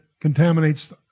contaminates